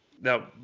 Now